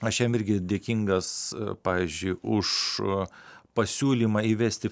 aš jam irgi dėkingas pavyzdžiui už pasiūlymą įvesti